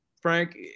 Frank